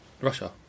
russia